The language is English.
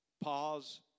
pause